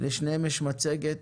לשניהם יש מצגת,